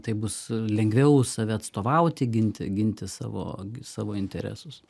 tai bus lengviau save atstovauti ginti ginti savo savo interesus